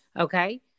okay